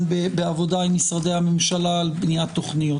בעבודה עם משרדי ממשלה על בניית תכניות.